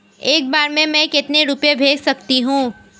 एक बार में मैं कितने रुपये भेज सकती हूँ?